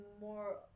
more